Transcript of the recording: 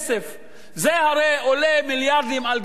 זה הרי עולה מיליארדים על גבי מיליארדים,